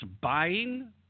buying